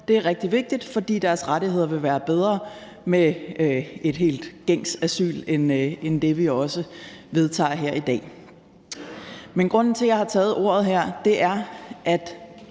Det er rigtig vigtigt, fordi deres rettigheder vil være bedre med helt gængs asyl end det, vi også vedtager her i dag. Men grunden til, at jeg har taget ordet her, er, at